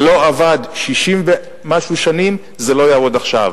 זה לא עבד 60 ומשהו שנים, זה לא יעבוד עכשיו.